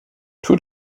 tour